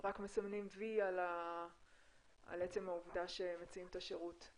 רק מסמנים וי על עצם העובדה שמציעים את השירות?